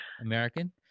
American